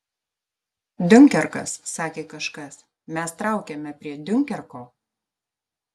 diunkerkas sakė kažkas mes traukiame prie diunkerko